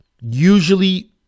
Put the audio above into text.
usually